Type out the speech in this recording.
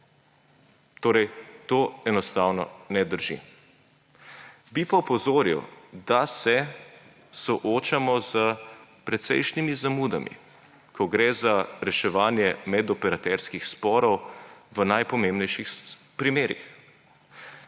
Torej, to enostavno ne drži! Bi pa opozoril, da se soočamo s precejšnjimi zamudami, ko gre za reševanje medoperaterskih sporov v najpomembnejših primerih.